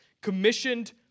Commissioned